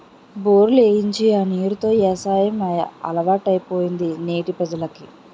బోర్లు ఏయించి ఆ నీరు తో యవసాయం అలవాటైపోయింది నేటి ప్రజలకి